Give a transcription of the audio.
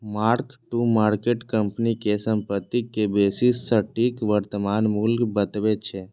mark to market company के संपत्ति के बेसी सटीक वर्तमान मूल्य बतबै छै